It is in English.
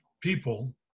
people